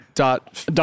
Dot